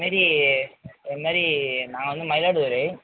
இதுமாரி இதுமாதிரி நான் வந்து மயிலாடுதுறை